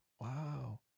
wow